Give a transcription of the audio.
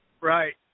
right